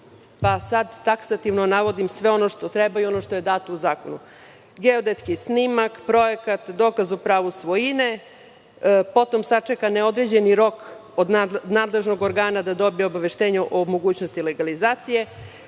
pa sad taksativno navodim sve ono što treba i što je dato u zakonu: geodetski snimak, projekat, dokaz o pravu svojine, potom sačeka neodređeni rok od nadležnog organa da dobije obaveštenje o mogućnosti legalizacije,